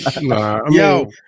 yo